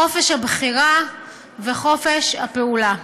חופש הבחירה וחופש הפעולה.